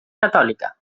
catòlica